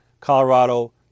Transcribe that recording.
Colorado